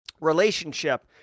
relationship